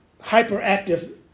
hyperactive